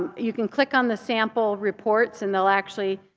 you can click on the sample reports and they'll actually,